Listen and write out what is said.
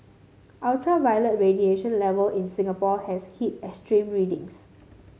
ultraviolet radiation level in Singapore has hit extreme readings